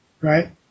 right